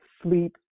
Sleep